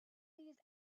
these